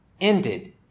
ended